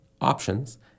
options